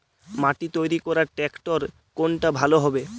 মাটি তৈরি করার ট্রাক্টর কোনটা ভালো হবে?